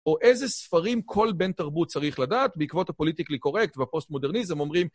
או איזה ספרים כל בן תרבות צריך לדעת בעקבות הפוליטיקלי קורקט והפוסט-מודרניזם אומרים.